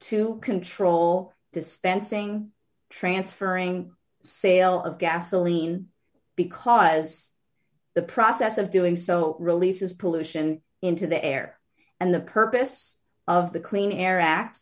to control dispensing transferring sale of gasoline because as the process of doing so releases pollution into the air and the purpose of the clean air act